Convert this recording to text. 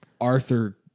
Arthur